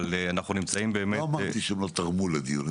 אבל אנחנו באמת נמצאים --- לא אמרתי שהן לא תרמו לדיון.